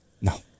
No